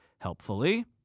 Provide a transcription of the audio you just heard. helpfully